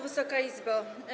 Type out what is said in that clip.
Wysoka Izbo!